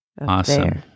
Awesome